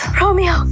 Romeo